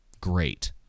great